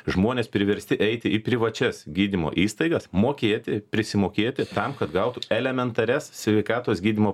žmonės priversti eiti į privačias gydymo įstaigas mokėti prisimokėti tam kad gautų elementarias sveikatos gydymo